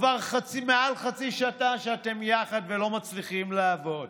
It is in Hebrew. כבר מעל חצי שנה שאתם יחד ולא מצליחים לעבוד.